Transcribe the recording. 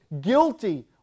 guilty